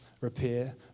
repair